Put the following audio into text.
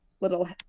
little